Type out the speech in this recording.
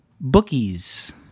bookies